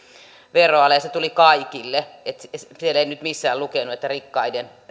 veroale ja se tuli kaikille siellä ei nyt missään lukenut että rikkaiden